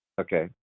Okay